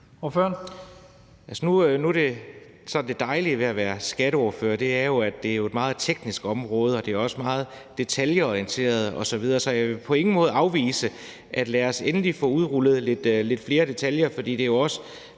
(S): Det dejlige ved at være skatteordfører er jo, at det er et meget teknisk område, og det er også meget detaljeorienteret osv., så jeg vil på ingen måde afvise det, og lad os endelig få udrullet lidt flere detaljer. For det er jo også